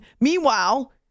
Meanwhile